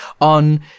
on